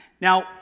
Now